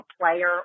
player